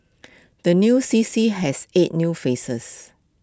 the new C C has eight new faces